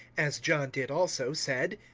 as john did also, said,